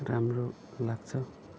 राम्रो लाग्छ